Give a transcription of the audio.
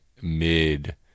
mid